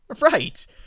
right